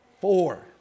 Four